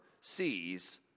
sees